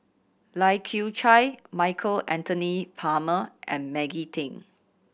Lai Kew Chai Michael Anthony Palmer and Maggie Teng